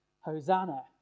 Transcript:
Hosanna